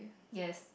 yes